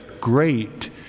Great